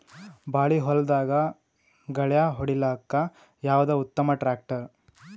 ಬಾಳಿ ಹೊಲದಾಗ ಗಳ್ಯಾ ಹೊಡಿಲಾಕ್ಕ ಯಾವದ ಉತ್ತಮ ಟ್ಯಾಕ್ಟರ್?